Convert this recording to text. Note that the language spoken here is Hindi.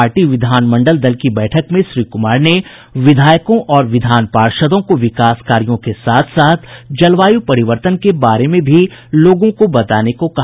पार्टी विधानमंडल दल की बैठक में श्री कुमार ने विधायकों और विधान पार्षदों को विकास कार्यों के साथ साथ जलवायू परिवर्तन के बारे में भी लोगों को बताने को कहा